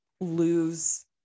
lose